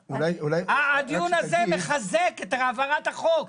הדיון הזה מחזק את העברת החוק.